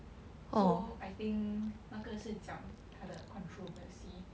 so I think 那个是讲他的 controversy